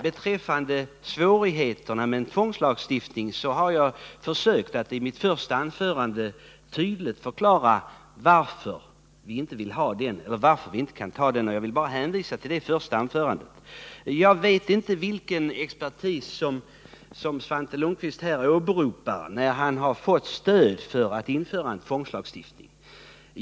När det gäller en tvångslagstiftning har jag i mitt första anförande försökt att tydligt förklara varför vi inte kan ha en sådan, och jag hänvisar till det anförandet. Jag vet inte vilken expertis Svante Lundkvist åberopar när han säger sig ha fått stöd för en tvångslagstiftning.